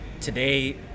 today